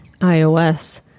iOS